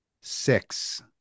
six